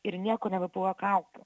ir nieko nebebuvo kaukių